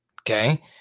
Okay